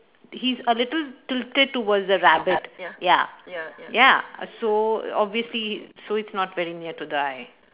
he's a little tilted towards towards the rabbit ya ya so obviously so it's not very near to the eye